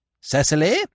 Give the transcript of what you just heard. Cecily